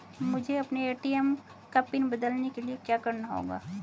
मुझे अपने ए.टी.एम का पिन बदलने के लिए क्या करना होगा?